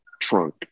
trunk